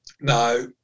Now